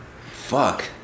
Fuck